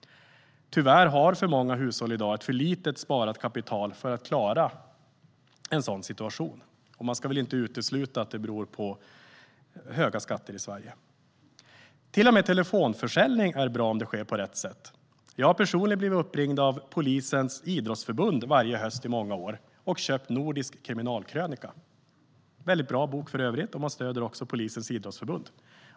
Tyvärr är det för många hushåll som har för litet sparat kapital i dag för att klara just en sådan situation. Man ska väl inte utesluta att det beror på höga skatter i Sverige. Till och med telefonförsäljning är bra, om det sker på rätt sätt. Jag har i många år blivit uppringd av Svenska Polisidrottsförbundet varje höst och har då köpt Nordisk Kriminalkrönika . Det är en bra bok, och man stöder polisens idrottsförbund.